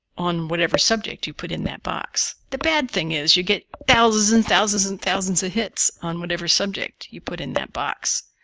on whatever subject you put in that box the bad thing is you get thousands and thousands and thousands of ah hits on whatever subject you put in that box.